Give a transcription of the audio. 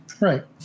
Right